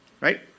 Right